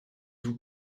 vous